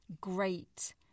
great